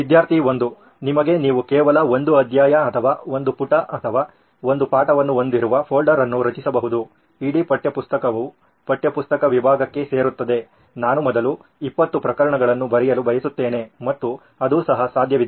ವಿದ್ಯಾರ್ಥಿ 1 ನಿಮಗೆ ನೀವು ಕೇವಲ ಒಂದು ಅಧ್ಯಾಯ ಅಥವಾ ಒಂದು ಪುಟ ಅಥವಾ ಒಂದು ಪಾಠವನ್ನು ಹೊಂದಿರುವ ಫೋಲ್ಡರ್ ಅನ್ನು ರಚಿಸಬಹುದು ಇಡೀ ಪಠ್ಯಪುಸ್ತಕವು ಪಠ್ಯಪುಸ್ತಕ ವಿಭಾಗಕ್ಕೆ ಸೇರುತ್ತದೆ ನಾನು ಮೊದಲು 20 ಪ್ರಕರಣಗಳನ್ನು ಬರೆಯಲು ಬಯಸುತ್ತೇನೆ ಮತ್ತು ಅದು ಸಹ ಸಾಧ್ಯವಿದೆ